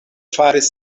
faris